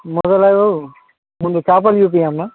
మొదలు ముందు చేపలు చూపించమ్మ